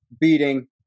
beating